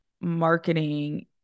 marketing